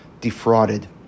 defrauded